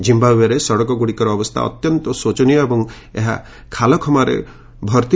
ଜିମ୍ବାଓ୍ୱେରେ ସଡ଼କଗୁଡ଼ିକର ଅବସ୍ଥା ଅତ୍ୟନ୍ତ ଶୋଚନୀୟ ଏବଂ ଏହା ଖାଲଖମାରେ ଭର୍ତ୍ତି